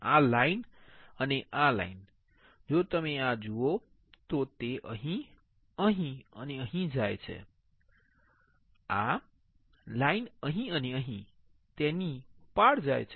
આ લાઇન અને આ લાઇન જો તમે આ જુઓ તો તે અહીં અહીં અને અહીં જાય છે આ લાઇન અહીં અને અહીં તેની પાર જાય છે